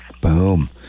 Boom